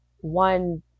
one